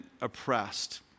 oppressed